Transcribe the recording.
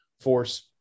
force